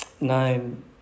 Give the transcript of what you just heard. Nine